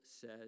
says